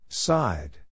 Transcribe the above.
Side